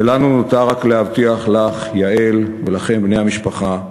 ולנו נותר רק להבטיח לך, יעל, ולכם, בני המשפחה,